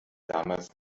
damals